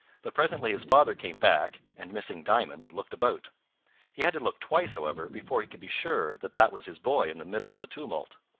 but presently his father came back, and missing diamond, looked about. he had to look twice, however, before he could be sure that that was his boy in the middle of the tumult.